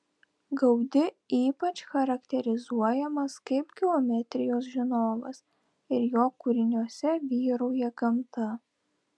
gaudi ypač charakterizuojamas kaip geometrijos žinovas ir jo kūriniuose vyrauja gamta